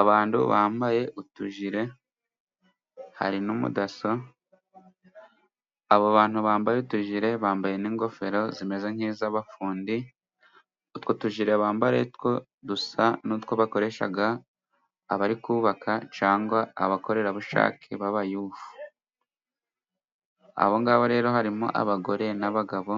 Abantu bambaye utujire hari n'umudaso. Abo bantu bambaye utujire bambaye n'ingofero zimeze nk'iz'abafundi. Utwo tujire bambaye two dusa n'utwo bakoresha abari kubaja cyangwa abakorerabushake, rero harimo abagore n'abagabo